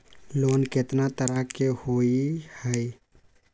Loan केतना तरह के होअ हई?